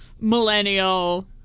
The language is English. millennial